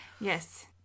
Yes